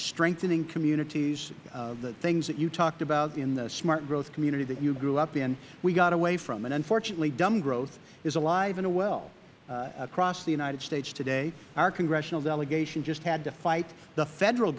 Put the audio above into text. strengthening communities the things that you talked about in the smart growth community that you grew up in we got away from unfortunately dumb growth is alive and well across the united states today our congressional delegation just had to fight the federal